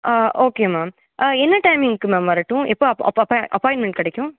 ஆ okay ma'am என்ன டைமிங்க்கு ma'am வரட்டும் எப்போ அப் அப் அப் அப்பாயிண்ட்மெண்ட் கிடைக்கும்